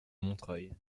montreuil